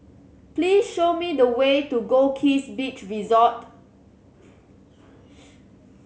please show me the way to Goldkist Beach Resort